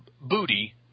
booty